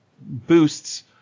boosts